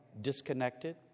disconnected